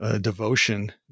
devotion